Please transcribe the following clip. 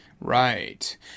Right